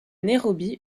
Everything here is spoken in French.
nairobi